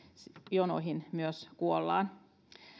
jonoihin myös kuollaan